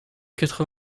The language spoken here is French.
quatre